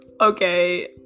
okay